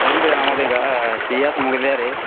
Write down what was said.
ಇಲ್ಲ ರೀ ನಮ್ದು ಈಗ ಸಿ ಎಸ್ ಮುಗ್ದ್ಯಾ ರೀ